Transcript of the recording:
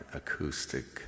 acoustic